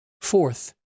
Fourth